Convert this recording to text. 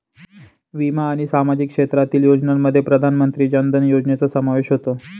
विमा आणि सामाजिक क्षेत्रातील योजनांमध्ये प्रधानमंत्री जन धन योजनेचा समावेश होतो